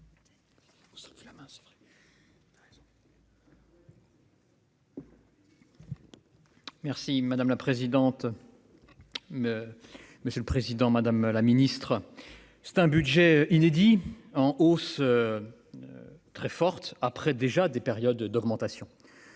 Merci madame la présidente, mais monsieur le Président, Madame la Ministre, c'est un budget inédit en hausse très forte après déjà des périodes d'augmentation